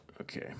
okay